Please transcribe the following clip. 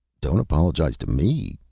don't apologize to me,